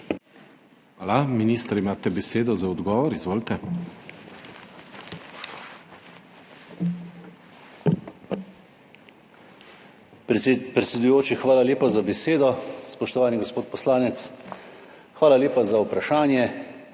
Hvala. Minister, imate besedo za odgovor. Izvolite.